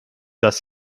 dass